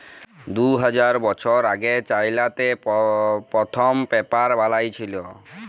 দু হাজার বসর আগে চাইলাতে পথ্থম পেপার বালাঁই ছিল